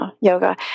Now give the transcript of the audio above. yoga